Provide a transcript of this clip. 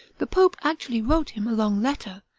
the pope actually wrote him a long letter,